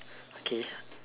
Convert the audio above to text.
okay